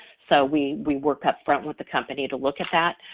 so we we work up front with the company to look at that.